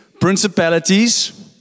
principalities